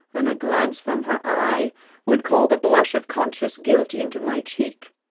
and a glance from her eye would call the blush of conscious guilt into my cheek.